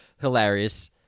Hilarious